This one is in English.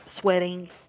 sweating